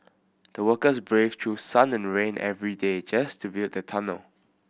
the workers braved through sun and rain every day just to build the tunnel